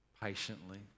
patiently